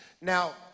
Now